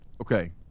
okay